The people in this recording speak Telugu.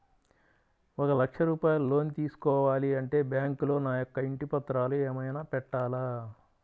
ఒక లక్ష రూపాయలు లోన్ తీసుకోవాలి అంటే బ్యాంకులో నా యొక్క ఇంటి పత్రాలు ఏమైనా పెట్టాలా?